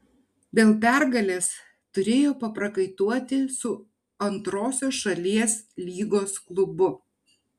dėl pergalės turėjo paprakaituoti su antrosios šalies lygos klubu